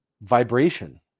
vibration